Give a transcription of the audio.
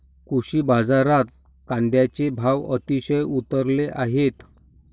कृषी बाजारात कांद्याचे भाव अतिशय उतरले आहेत